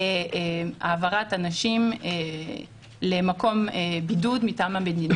להעברת אנשים למקום בידוד מטעם המדינה.